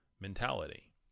mentality